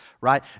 right